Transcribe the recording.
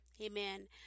amen